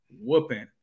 whooping